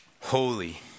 Holy